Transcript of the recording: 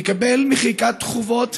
מקבל מחיקת חובות